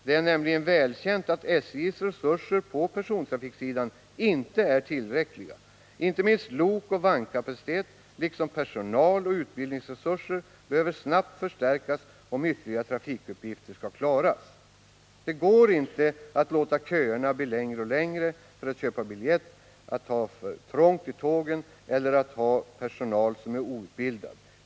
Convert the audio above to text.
Det är nämligen välkänt att SJ:s resurser på persontrafiksidan inte är tillräckliga. Inte minst lokoch vagnkapacitet liksom personaloch utbildningsresurser behöver snabbt förstärkas, om ytterligare trafikuppgifter skall klaras. Det gårinte att låta köerna bli längre och längre för folk som skall köpa biljett, att ha för trångt i tågen eller att ha personal som är outbildad.